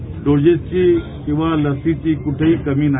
आही डोजेसची किवा लसीची क्ठेही कमी नाही